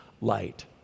light